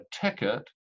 ticket